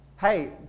Hey